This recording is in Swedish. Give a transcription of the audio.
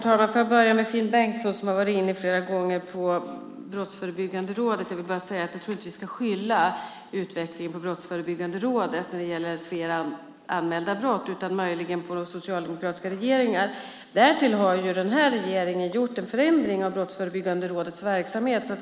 Fru talman! Får jag börja med Finn Bengtsson som flera gånger har varit inne på Brottsförebyggande rådet. Jag vill bara säga att jag inte tror att vi ska skylla utvecklingen på Brottsförebyggande rådet när det gäller flera anmälda brott utan möjligen på socialdemokratiska regeringar. Därtill har den här regeringen gjort en förändring av Brottsförebyggande rådets verksamhet.